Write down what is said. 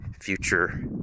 future